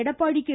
Edappadi K